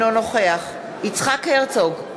אינו נוכח יצחק הרצוג,